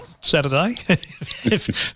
Saturday